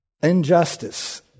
injustice